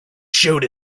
showed